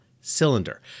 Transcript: cylinder